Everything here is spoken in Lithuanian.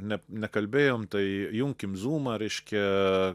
ne nekalbėjom tai junkim zūmą reiškia